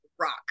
rock